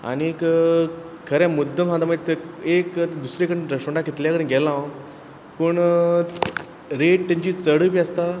आनीक खरें मुद्दम सांगता एक ते एक दुसरे कडेन रेस्टोरंटा कितले कडेन गेलो हांव पूण रेट तेजी चडय बी आसता